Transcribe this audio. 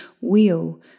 wheel